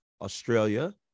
australia